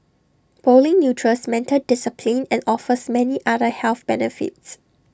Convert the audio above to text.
bowling nurtures mental discipline and offers many other health benefits